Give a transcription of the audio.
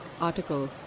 Article